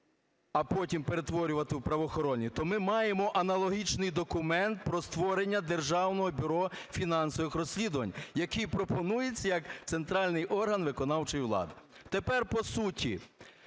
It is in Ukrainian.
а потім перетворювати у правоохоронні, то ми маємо аналогічний документ про створення Державного бюро фінансових розслідувань, який пропонується як центральний орган виконавчої влади. Тепер по суті.